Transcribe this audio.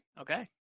okay